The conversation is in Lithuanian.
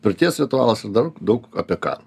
pirties ritualas ir dark daug apie ką